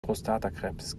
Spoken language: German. prostatakrebs